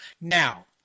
Now